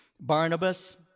Barnabas